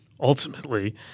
ultimately